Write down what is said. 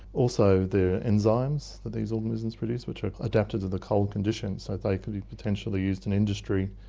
also there are enzymes that these organisms produce which are adapted to the cold conditions, so they could be potentially used in industry,